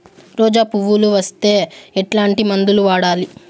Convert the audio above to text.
రోజా పువ్వులు వస్తే ఎట్లాంటి మందులు వాడాలి?